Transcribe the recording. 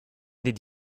did